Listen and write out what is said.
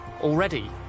Already